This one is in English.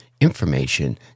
information